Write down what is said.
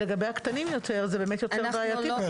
לגבי הקטנים יותר זה באמת יותר בעייתי.